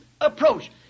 approach